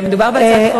מדובר בהצעת חוק,